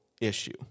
issue